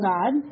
God